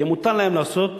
יהיה מותר להם לעשות